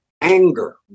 Anger